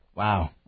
Wow